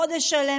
חודש שלם,